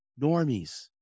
Normies